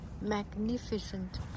magnificent